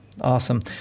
Awesome